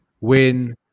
win